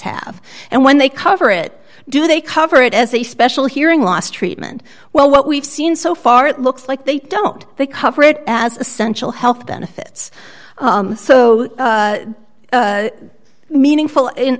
have and when they cover it do they cover it as a special hearing loss treatment well what we've seen so far it looks like they don't they cover it as essential health benefits so meaningful